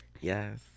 Yes